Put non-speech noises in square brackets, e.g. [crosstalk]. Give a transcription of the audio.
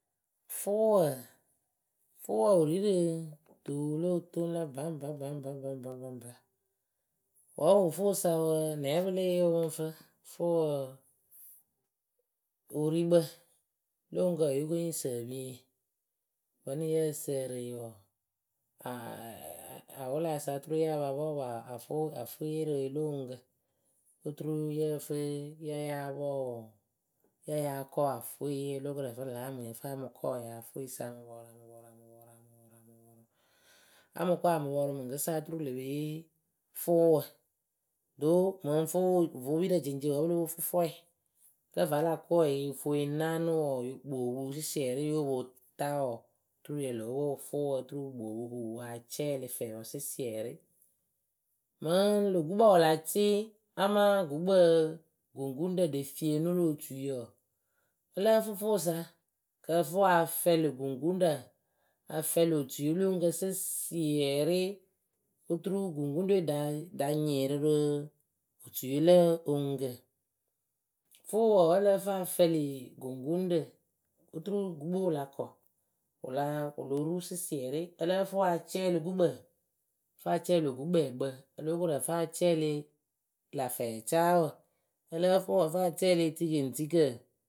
Fʊʊwǝ, fʊʊwǝ wɨ ri rɨ tuu wɨ lóo toŋ lǝ baŋba baŋba baŋba baŋba, wǝ́ wɨ fʊʊsa wǝǝ nɛ pɨ lée yee wɨ pɨŋ fɨ fʊʊwǝǝ wɨrikpǝ wǝ́ lo oŋuŋkǝ wǝ́ yo ko yɨ ŋ sǝ epieŋyǝ vǝ́ nɨŋ yǝ sǝǝrɨ yɨ wǝǝ [hesitation] awʊlayǝ sa oturu ya pa pɔɔpʊ afʊ afʊʊyǝ we rɨ yɨ lo oŋuŋkǝ oturu yɨ fɨ ya ya pɔɔ. ya ya kɔɔ afʊye o lóo koru ǝ fɨ lamǝyǝ ǝ fɨ a mɨ kɔɔ yɨ afʊʊyǝ sa a mɨ pɔrʊ a mɨ pɔrʊ a mɨ pɔrʊ a mɨ pɔrʊ a mɨ pɔrʊ a mɨ kɔɔ a mɨ pɔrʊ mɨŋkɨsa oturu wɨ le pe yee fʊʊwǝ ɖo mɨŋ fʊʊwǝ vʊʊpirǝ jɛŋceŋ wǝ́ pɨ lóo pwo fʊfwɛ kǝ́ vǝ́ a la kɔɔ yɨ fʊʊ yɨ naanɨ wǝǝ yɨ kpoopu sɩsiɛrɩ yɨ o po taa wǝǝ oturu ya pɨ lóo pwo wɨ fʊʊwǝ oturu wɨ kpoopu kɨ wɨ poŋ acɛɛlɩ fɛɛwǝ sɩsiɛrɩ mɨŋ lö gukpǝ wɨ la cɩɩ amaa gukpǝ guɣuŋrǝ ɖe fieni rɨ otui wǝǝ ǝ lǝ́ǝ fɨ fʊʊwǝ sa kɨ ǝfɨwǝ a fɛlɩ guŋguŋrǝ a fɛɛlɩ otuye lo oŋuŋkǝ sisiɛrɩ oturu guŋguŋrǝ we ɖǝ ɖa nyɩɩrɩ rɨ otuye lǝ oŋuŋkǝ fʊʊwǝ wǝ́ ǝ lǝ́ǝ fɨ a fɛlɩ guŋguŋrǝ oturu gukpǝ we wɨ la kɔ wɨ lǝ wɨ lo ru sɩsiɛrɩ ǝ lǝ́ǝ fɨ wɨ acɛɛlɩ gukpǝ ǝ fɨ acɛɛlɩ lö gukpɛɛkpǝ o lóo koru ǝ fɨ a cɛɛlɩ lä fɛɛcaawǝ ǝ lǝ́ǝ fɨ wɨ ǝ fɨ a cɛɛlɩ etikeŋtikǝ.